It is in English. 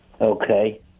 Okay